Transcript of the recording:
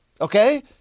Okay